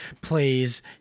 plays